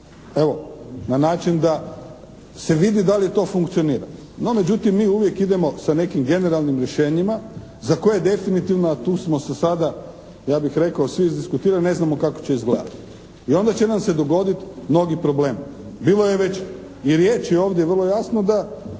evo na način da se vidi da li to funkcionira. No međutim, mi uvijek idemo sa nekim generalnim rješenjima za koje definitivno a tu smo se sada ja bih rekao svi izdiskutirali ne znamo kako će izgledati. I onda će nam se dogoditi novi problem. Bilo je već i riječi ovdje vrlo jasno da